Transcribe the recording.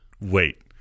wait